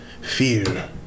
fear